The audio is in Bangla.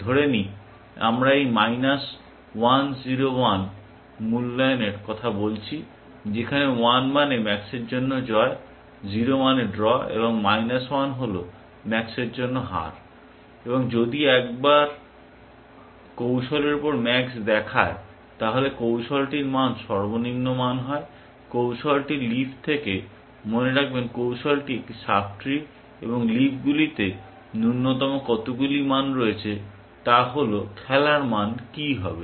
ধরে নিই আমরা এই মাইনাস 1 0 1 মূল্যায়নে কথা বলছি যেখানে 1 মানে ম্যাক্সের জন্য জয় 0 মানে ড্র এবং মাইনাস 1 হল ম্যাক্সের জন্য হার । এবং যদি একবার কৌশলের উপর ম্যাক্স দেখায় তাহলে কৌশলটির মান সর্বনিম্ন মান হয় কৌশলটির লিফ থেকে মনে রাখবেন কৌশলটি একটি সাব ট্রি এবং লিফগুলিতে ন্যূনতম কতগুলি মান রয়েছে তা হল খেলার মান কী হবে